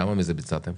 כמה מזה ביצעתם?